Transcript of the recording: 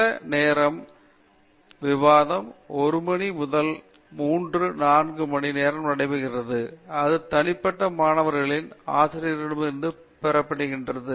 சில நேரம் விவாதம் 1 மணி முதல் 3 அல்லது 4 மணிநேரமாக நடைபெறுகிறது அது தனிப்பட்ட மாணவர்களிடமும் ஆசிரியரிடமிருந்தும் பொருந்துகிறது